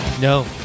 No